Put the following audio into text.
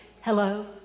hello